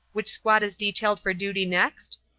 which squad is detailed for duty next?